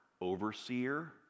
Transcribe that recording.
overseer